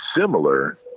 similar